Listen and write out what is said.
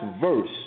verse